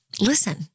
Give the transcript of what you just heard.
Listen